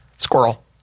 Squirrel